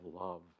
love